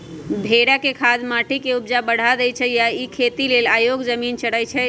भेड़ा के खाद माटी के ऊपजा बढ़ा देइ छइ आ इ खेती लेल अयोग्य जमिन चरइछइ